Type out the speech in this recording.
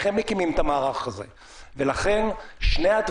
המטרה שלנו צריכה להיות של הממשלה וגם של הכנסת